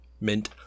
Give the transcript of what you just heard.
mint